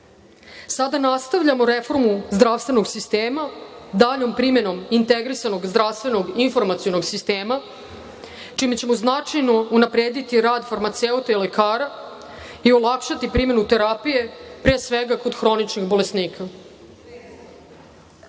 Sada nastavljamo reformu zdravstvenog sistema daljom primenom integrisanog zdravstvenog informacionog sistema čime ćemo značajno unaprediti rad farmaceuta i lekara i olakšati primenu terapije pre svega kod hroničnih bolesnika. Jedan